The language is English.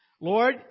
Lord